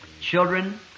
children